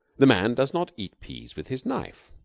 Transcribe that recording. the man does not eat peas with his knife.